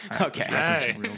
okay